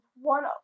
one